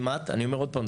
אני אומר עוד פעם,